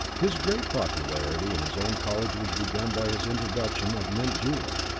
his great popularity in his own college was begun by his introduction of mint julep,